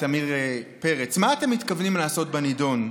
את עמיר פרץ: מה אתם מתכוונים לעשות בנדון?